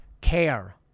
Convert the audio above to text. care